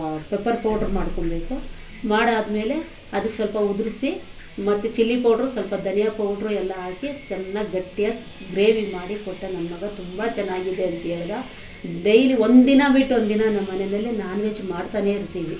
pepper powder ಮಾಡ್ಕೊಳ್ಬೇಕು ಮಾಡಾದಮೇಲೆ ಅದಕ್ಕೆ ಸ್ವಲ್ಪ ಉದ್ರಿಸಿ ಮತ್ತು ಚಿಲ್ಲಿ ಪೌಡ್ರು ಸ್ವಲ್ಪ ಧನಿಯ ಪೌಡ್ರು ಎಲ್ಲ ಹಾಕಿ ಅದು ಚೆನ್ನಾಗಿ ಗಟ್ಟಿಯಾಗಿ ಗ್ರೇವಿ ಮಾಡಿ ಕೊಟ್ಟೆ ನನ್ನ ಮಗ ತುಂಬ ಚೆನ್ನಾಗಿದೆ ಅಂಥೇಳ್ದ ಡೈಲಿ ಒಂದು ದಿನ ಬಿಟ್ಟು ಒಂದು ದಿನ ನಮ್ಮ ಮನೆಯಲ್ಲಿ ನಾನ್ ವೆಜ್ ಮಾಡ್ತಾನೆ ಇರ್ತೀವಿ